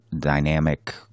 dynamic